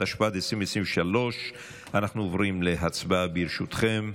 התשפ"ד 2023. אנחנו עוברים להצבעה, ברשותכם.